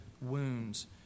wounds